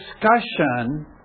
discussion